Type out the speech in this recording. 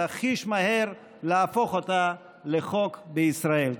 אלא חיש מהר להפוך אותה לחוק בישראל.